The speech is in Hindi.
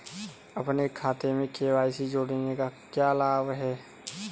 अपने खाते में के.वाई.सी जोड़ने का क्या लाभ है?